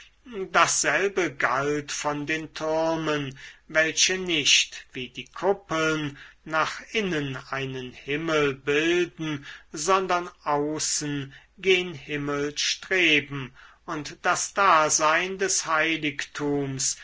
dasselbe galt von den türmen welche nicht wie die kuppeln nach innen einen himmel bilden sondern außen gen himmel streben und das dasein des heiligtums